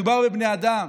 מדובר בבני אדם.